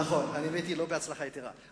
נכון, האמת היא שלא בהצלחה יתירה.